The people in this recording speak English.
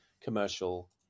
commercial